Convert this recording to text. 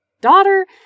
daughter